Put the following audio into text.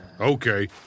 Okay